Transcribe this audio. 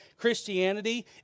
Christianity